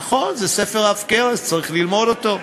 נכון, זה ספר עב כרס, צריך ללמוד אותו.